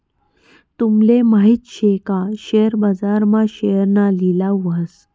तूमले माहित शे का शेअर बाजार मा शेअरना लिलाव व्हस